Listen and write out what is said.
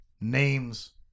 names